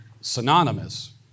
synonymous